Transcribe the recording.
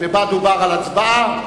ודובר על הצבעה.